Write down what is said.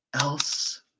else